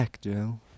Joe